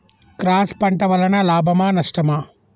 Cross పంట వలన లాభమా నష్టమా?